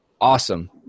awesome